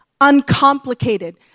uncomplicated